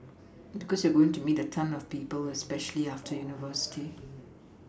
because you're going to meet a ton of people especially after university